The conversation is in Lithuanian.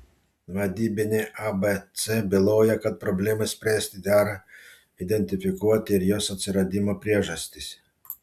vadybinė abc byloja kad problemai spręsti dera identifikuoti ir jos atsiradimo priežastis